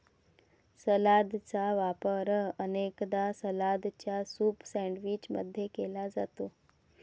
सलादचा वापर अनेकदा सलादच्या सूप सैंडविच मध्ये केला जाते